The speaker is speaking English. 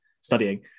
studying